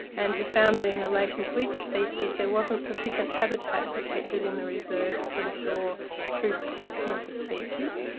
and he found that in relation to each species there wasn't sufficient habitat protected in the reserves to ensure true protection of the species.